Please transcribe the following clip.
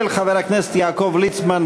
של חבר הכנסת יעקב ליצמן.